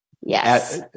Yes